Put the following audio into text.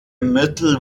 mittel